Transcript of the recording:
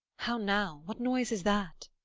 how now! what noise is that?